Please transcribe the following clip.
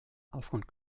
aufgrund